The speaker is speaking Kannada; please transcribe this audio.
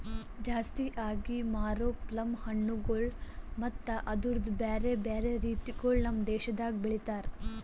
ಜಾಸ್ತಿ ಆಗಿ ಮಾರೋ ಪ್ಲಮ್ ಹಣ್ಣುಗೊಳ್ ಮತ್ತ ಅದುರ್ದು ಬ್ಯಾರೆ ಬ್ಯಾರೆ ರೀತಿಗೊಳ್ ನಮ್ ದೇಶದಾಗ್ ಬೆಳಿತಾರ್